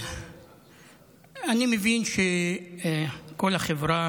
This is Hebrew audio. אני מבין שכל החברה